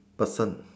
person